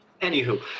anywho